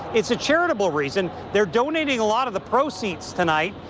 it's a charitable reason they're donating a lot of the proceeds tonight,